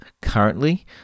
currently